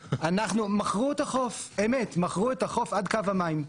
מכרו את החוף עד קו המים.